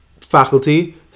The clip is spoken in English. faculty